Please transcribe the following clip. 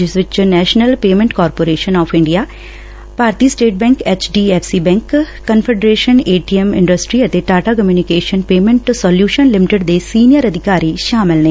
ਜਿਸ ਵਿਚ national payments corporation of India S B I H D F C bank confederation A T M industry ਅਤੇ Tata communication payment solution limited ਦੇ senior ਅਧਿਕਾਰੀ ਸ਼ਾਮਲ ਨੇ